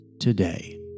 today